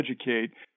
educate